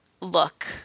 look